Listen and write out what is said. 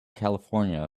california